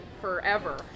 forever